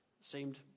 seemed